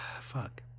fuck